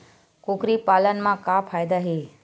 कुकरी पालन म का फ़ायदा हे?